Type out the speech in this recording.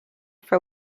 for